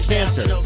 Cancer